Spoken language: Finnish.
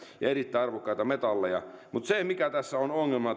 ja erittäin arvokkaita metalleja mutta se mikä tässä on ongelma